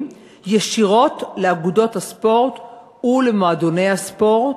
ישירות לאגודות הספורט ולמועדוני הספורט,